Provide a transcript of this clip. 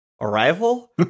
arrival